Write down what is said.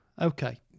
Okay